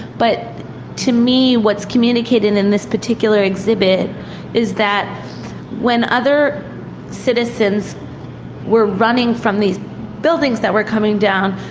but to me, what's communicated in this particular exhibit is that when other citizens were running from these buildings that were coming down,